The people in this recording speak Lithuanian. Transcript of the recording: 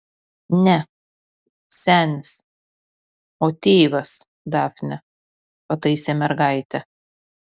ne senis o tėvas dafne pataisė mergaitę